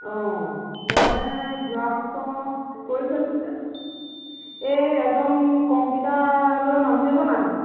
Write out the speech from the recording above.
অঁ মই যোৱা বছৰ কৰি থৈছিলোঁ যে এই এজন কম্পিউটাৰ লৈ মানুহ এজন আহে